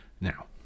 Now